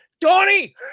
Donnie